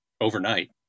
overnight